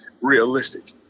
realistic